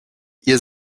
ihr